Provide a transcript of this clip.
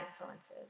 influences